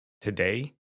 Today